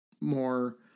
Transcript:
more